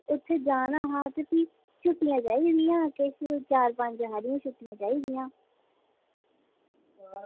उत्थें जाना हा ते भी छुट्टियां चाही दियां हियां चार पंज हारी छुट्टियां चाही दियां हियां